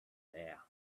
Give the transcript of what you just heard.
air